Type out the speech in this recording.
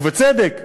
ובצדק.